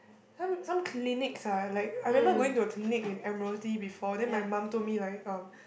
some some clinics ah like I remember going to a clinic in Admiralty before then my mum told me like um